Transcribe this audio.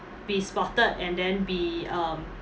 be spotted and then be um